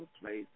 place